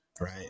right